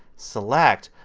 select,